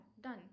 done